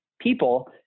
people